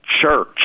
Church